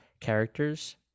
characters